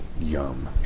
Yum